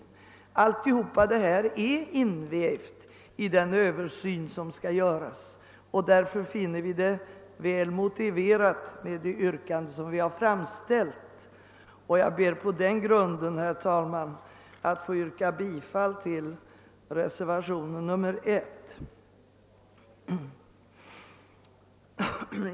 Allt detta är invävt i den översyn som skall göras. Därför finner vi det yrkande vi har framställt väl motiverat. Jag ber på den grunden, herr talman, att få yrka bifall till reservationen 1.